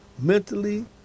mentally